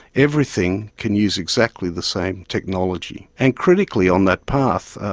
everything can use exactly the same technology. and critically on that path,